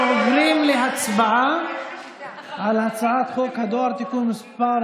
אנחנו עוברים להצבעה על הצעת חוק הדואר (תיקון מס'